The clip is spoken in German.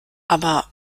aber